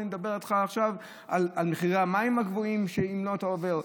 אני מדבר איתך עכשיו על מחירי המים הגבוהים אם אתה עובר,